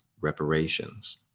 reparations